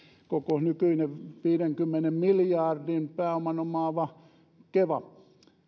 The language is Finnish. koko nykyinen viidenkymmenen miljardin pääoman omaava keva